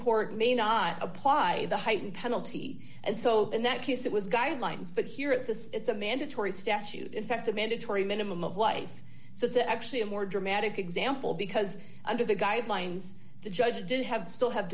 court may not apply the heightened penalty and so in that case it was guidelines but here it's a mandatory statute effective mandatory minimum of life so that actually a more dramatic example because under the guidelines the judge did have still have